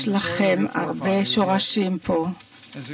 ישראל היא כמו עץ שהכה שורשים עמוקים באדמת